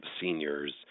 seniors